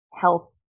health